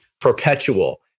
perpetual